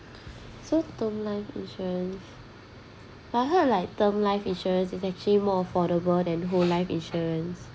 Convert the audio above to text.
so term life insurance but heard like term life insurance is actually more affordable than whole life insurance